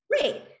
great